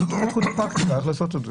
אתם צריכים לפתח את הפרקטיקה איך לעשות את זה.